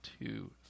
two